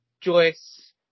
Joyce